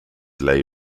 lay